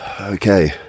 Okay